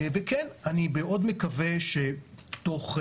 וכן, אני מאוד מקווה שתוך,